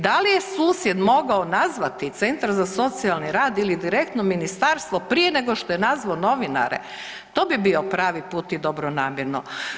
Da li je susjed mogao nazvati centar za socijalni rad ili direktno ministarstvo prije nego što je nazvao novinare, to bi bio pravi put i dobronamjerno?